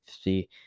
see